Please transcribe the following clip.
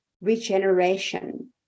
regeneration